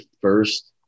first